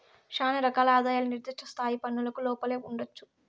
శానా రకాల ఆదాయాలు నిర్దిష్ట స్థాయి పన్నులకు లోపలే ఉండొచ్చు